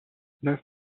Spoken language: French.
neuf